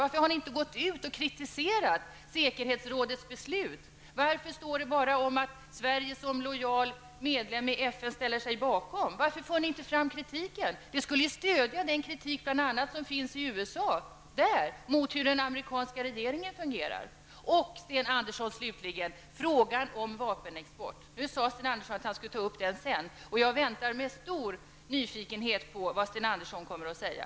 Varför har ni inte kritiserat säkerhetsrådets beslut? Varför står det bara i svaret att Sverige som lojal medlem i FN ställer sig bakom resolutionerna? Varför för ni inte fram kritiken? Det skulle ju stödja bl.a. den kritik som framförs i USA mot hur den amerikanska regeringen agerar. Frågan om vapenexporten sade Sten Andersson att han skulle ta upp sedan. Jag väntar med stor nyfikenhet på vad han kommer att säga.